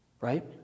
right